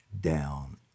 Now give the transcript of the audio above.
down